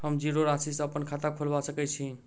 हम जीरो राशि सँ अप्पन खाता खोलबा सकै छी?